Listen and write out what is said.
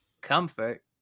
comfort